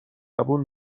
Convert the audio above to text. زبون